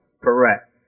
Correct